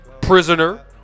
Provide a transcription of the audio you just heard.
prisoner